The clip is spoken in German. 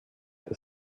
der